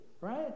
right